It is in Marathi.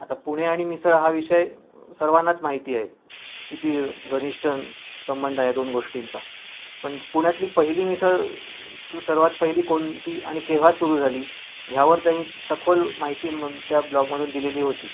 आता पुणे आणि मिसळ हा विषय सर्वांनाच माहिती आहे किती घनिष्ट संबंध आहे दोन गोष्टींचा पण पुण्यातली पहिली मिसळ सर्वात पहिली कोणती आणि केव्हा सुरु झाली ह्यावर त्यांनी सखोल माहिती मन त्या ब्लॉगमधून दिलेली होती